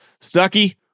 stucky